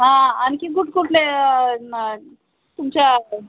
आणखी कुठं कुठंले न तुमच्या